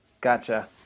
Gotcha